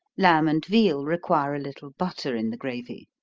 lamb and veal require a little butter in the gravy.